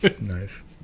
Nice